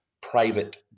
private